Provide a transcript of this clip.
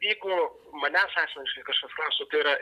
jeigu manęs asmeniškai kažkas klaustų tai yra